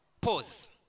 Pause